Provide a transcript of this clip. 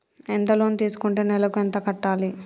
ఎంత లోన్ తీసుకుంటే నెలకు ఎంత కట్టాలి?